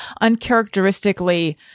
uncharacteristically